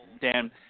Dan